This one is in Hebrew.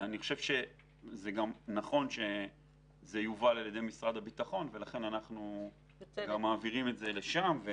גם נוכן שזה יובל על-ידי משרד הביטחון ולכן אנחנו גם מעבירים את זה לשם.